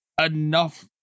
enough